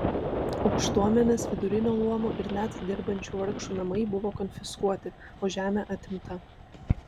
aukštuomenės vidurinio luomo ir net dirbančių vargšų namai buvo konfiskuoti o žemė atimta